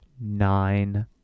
Nine